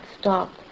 stop